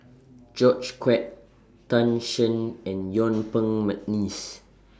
George Quek Tan Shen and Yuen Peng Mcneice